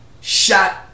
shot